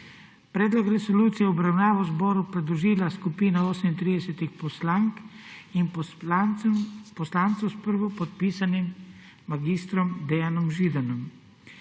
Predlog resolucije je v obravnavo zboru predložila skupina 38 poslank in poslancev s prvopodpisanim mag. Dejanom Židanom.